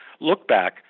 look-back